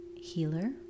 healer